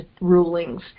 rulings